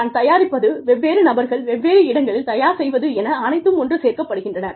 நான் தயாரிப்பது வெவ்வேறு நபர்கள் வெவ்வேறு இடங்களில் தயார் செய்வது என அனைத்தும் ஒன்று சேர்க்கப் படுகின்றன